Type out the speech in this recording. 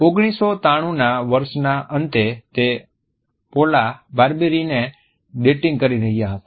1993ના વર્ષના અંતે તે પૌલા બાર્બીરીને ડેટિંગ કરી રહ્યા હતા